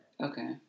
Okay